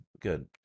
good